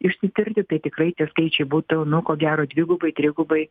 išsitirti tai tikrai tie skaičiai būtų nu ko gero dvigubai trigubai